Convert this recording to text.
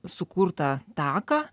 sukurtą taką